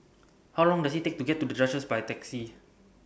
How Long Does IT Take to get to The Duchess By Taxi